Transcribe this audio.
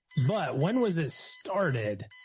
but when was it started?